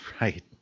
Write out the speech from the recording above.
right